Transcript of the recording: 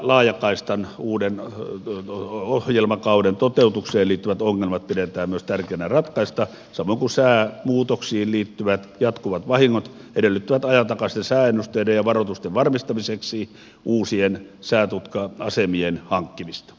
laajakaistan uuden ohjelmakauden toteutukseen liittyviä ongelmia pidetään myös tärkeinä ratkaista samoin kuin säämuutoksiin liittyvät jatkuvat vahingot edellyttävät ajantasaisten sääennusteiden ja varoitusten varmistamiseksi uusien säätutka asemien hankkimista